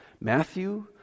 Matthew